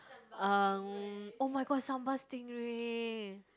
um oh-my-god sambal stingray